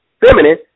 feminine